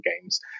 games